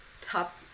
top